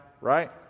right